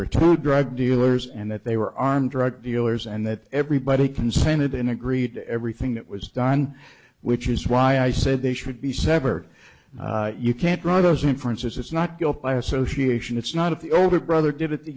were two drug dealers and that they were armed drug dealers and that everybody consented in agreed to everything that was done which is why i said they should be severed you can't draw those inferences it's not guilt by association it's not of the older brother did it the